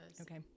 okay